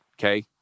okay